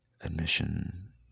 admission